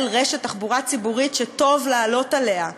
רשת תחבורה ציבורית שטוב לעלות עליה,